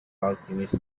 alchemist